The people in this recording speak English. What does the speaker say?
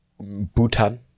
Bhutan